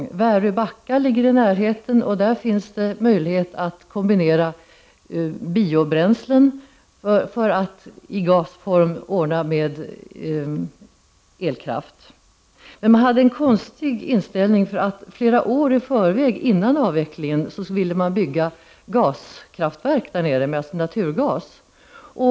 I Väröbacka, som ligger i närheten, finns det möjlighet att kombinera biobränslen och genom gas utvinna elkraft. Flera år innan man fattade beslut om avvecklingen ville man där bygga ett gaskraftverk som använde naturgas.